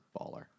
baller